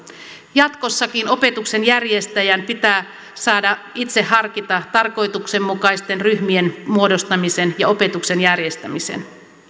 jatkossakin opetuksen järjestäjän pitää saada itse harkita tarkoituksenmukaisten ryhmien muodostaminen ja opetuksen järjestäminen